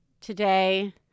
today